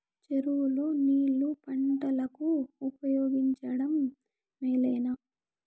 చెరువు లో నీళ్లు పంటలకు ఉపయోగించడం మేలేనా?